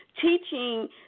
teaching